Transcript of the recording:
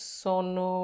sono